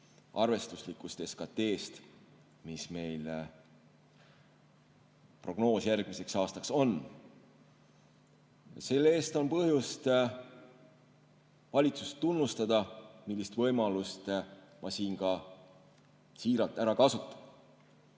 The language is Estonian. arvestuslikust SKT‑st, nagu prognoos järgmiseks aastaks on. Selle eest on põhjust valitsust tunnustada. Ma seda võimalust siin ka siiralt kasutan.